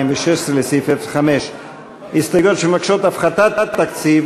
לסעיף 05. הסתייגויות שמבקשות הפחתת תקציב,